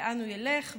לאן הוא ילך.